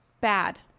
Bad